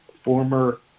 former